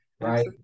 right